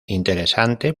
interesante